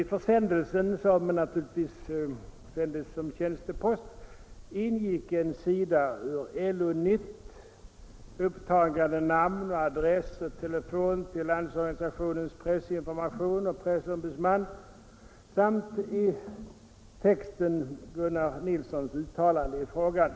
I försändelsen, som naturligtvis gick som tjänstepost, ingick en sida ur LO-nytt, upptagande namn, adress och telefon Granskning av till Landsorganisationens pressinformation och pressombudsman samt = statsrådens i texten Gunnar Nilssons uttalande i frågan.